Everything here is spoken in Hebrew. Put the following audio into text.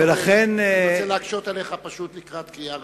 אני רוצה להקשות עליך לקראת קריאה ראשונה.